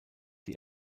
die